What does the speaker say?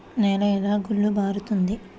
నేల ఎలా గుల్లబారుతుంది?